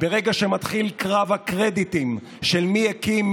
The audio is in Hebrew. ברגע שמתחיל קרב הקרדיטים של מי הקים,